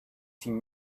seen